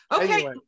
Okay